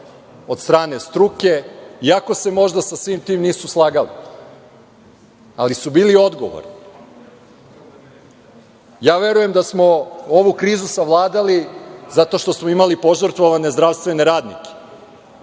od strane struke, iako se možda sa svim tim nisu slagali, ali su bili odgovorni. Verujem da smo ovu krizu savladali zato što smo imali požrtvovane zdravstvene radnike,